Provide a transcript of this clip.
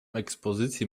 ekspozycji